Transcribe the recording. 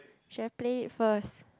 should have played it first